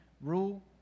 rule